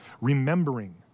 Remembering